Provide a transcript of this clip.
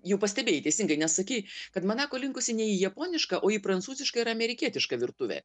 jau pastebėjai teisingai nes sakei kad manako linkusi ne į japonišką o į prancūzišką ir amerikietišką virtuvė